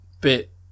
bit